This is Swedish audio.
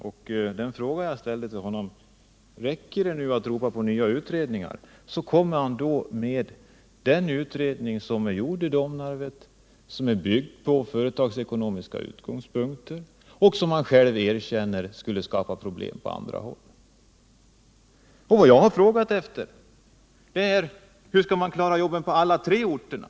Och när jag ställde frågan till honom om det räcker att ropa på nya utredningar svarade han med att hänvisa till den utredning som är gjord i Domnarvet, som är byggd på företagsekonomiska överväganden och vars förslag skulle innebära att man skapade problem på andra håll. Vad jag frågat är: Hur skall man klara jobben på alla tre orterna?